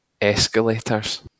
escalators